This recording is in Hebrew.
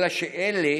אלא שאלה